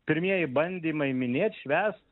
pirmieji bandymai minėt švęst